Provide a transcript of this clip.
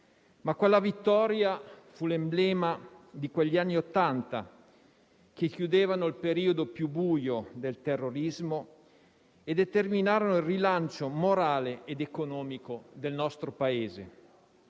ma quella vittoria fu l'emblema di quegli anni Ottanta che chiudevano il periodo più buio del terrorismo e determinarono il rilancio morale ed economico del nostro Paese.